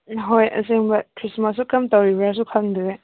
ꯍꯣꯏ ꯑꯁꯦꯡꯕ ꯈ꯭ꯔꯤꯁꯃꯥꯁꯁꯨ ꯀꯔꯝ ꯇꯧꯔꯤꯕ꯭ꯔꯥꯁꯨ ꯈꯪꯗ꯭ꯔꯦ